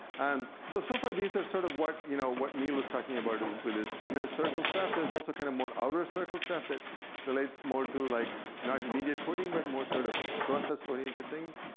and so so far, these are sort of what you know what neil was talking about with his inner circle stuff. there's also kind of more outer circle staff that relates more to like not immediate coding, but more sort of process-oriented things.